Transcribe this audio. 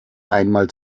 einmal